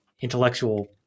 intellectual